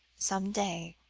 some day,